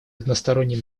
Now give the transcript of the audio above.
односторонним